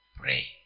pray